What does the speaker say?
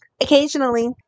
Occasionally